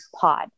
pod